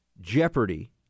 jeopardy